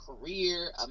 career